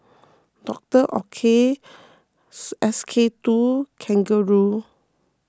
Doctor Oetker S K two Kangaroo